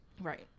Right